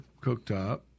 cooktop